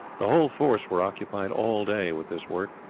the whole force were occupied all day with this work.